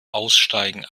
aussteigen